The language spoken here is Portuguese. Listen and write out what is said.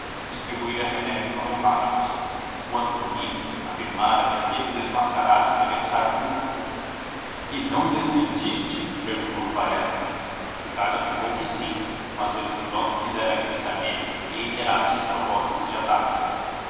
distribuía remédios homeopáticos o antonino afirmava que havia de desmascarar semelhante tartufo e não desmentiste perguntou quaresma ricardo afirmou que sim mas o escrivão não quisera acreditar nele e reiterara os seus propósitos de ataque